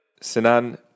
Sinan